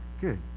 Good